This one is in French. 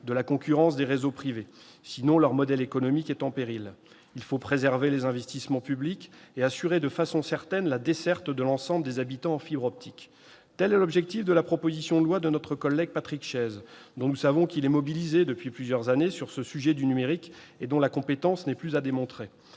de la concurrence des réseaux privés, sinon leur modèle économique est en péril. Il faut préserver les investissements publics et assurer de façon certaine la desserte de l'ensemble des habitants en fibre optique. Tel est l'objectif de la proposition de loi de notre collègue Patrick Chaize, mobilisé depuis plusieurs années, nous le savons, sur ce sujet du numérique et dont la compétence n'est plus à démontrer.